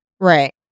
Right